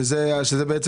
שזה בעצם